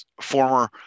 former